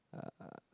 uh